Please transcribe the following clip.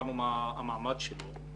ששמענו מה המעמד שלו.